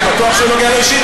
אני בטוח שהוא נוגע לו אישית.